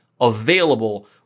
available